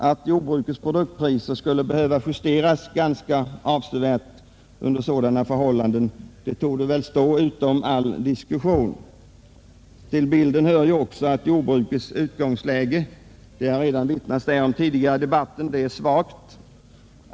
Att jordbrukets produktpriser skulle behöva justeras ganska avsevärt under sådana förhållanden, torde väl stå utom all diskussion. Till bilden hör ju också att jordbrukets utgångsläge — det har redan vittnats därom tidigare i debatten — är svagt.